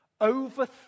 over